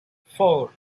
four